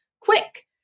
Quick